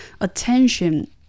attention